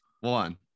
one